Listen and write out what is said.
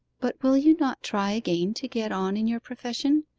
but will you not try again to get on in your profession?